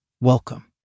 Welcome